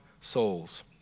souls